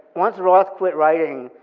once roth quit writing,